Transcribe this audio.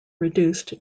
reduced